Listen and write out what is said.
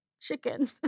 chicken